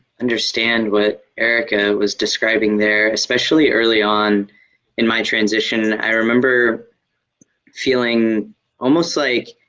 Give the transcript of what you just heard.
understand what erica was describing there. especially early on in my transition, i remember feeling almost like